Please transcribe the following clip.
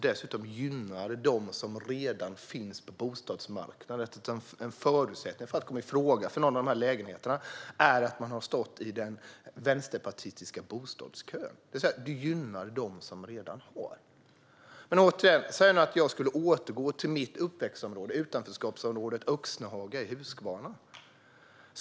Dessutom gynnar det dem som redan finns på bostadsmarknaden eftersom en förutsättning för att komma i fråga för någon av dessa lägenheter är att man har stått i den vänsterpartistiska bostadskön. Det gynnar alltså dem som redan har. Säg att jag skulle återvända till mitt uppväxtområde, utanförskapsområdet Öxnehaga i Huskvarna.